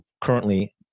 currently